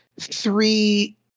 three